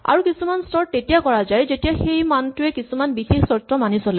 আৰু কিছুমান স্তৰ তেতিয়া কৰা যায় যেতিয়া সেই মানটোৱে কিছুমান বিশেষ চৰ্ত মানি চলে